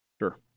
Sure